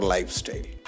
Lifestyle